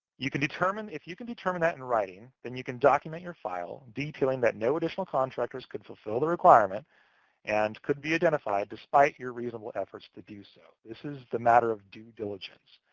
you can determine if you can determine that and writing, then you can document your file, detailing that no additional contractors could fulfill the requirement and could be identified, despite your reasonable efforts to do so. this is the matter of due diligence,